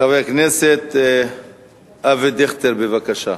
חבר הכנסת אבי דיכטר, בבקשה.